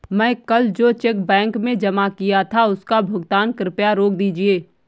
मैं कल जो चेक बैंक में जमा किया था उसका भुगतान कृपया रोक दीजिए